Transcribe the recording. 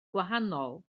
gwahanol